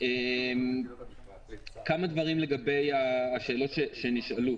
כמה דברים לגבי השאלות שנשאלו.